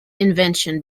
invention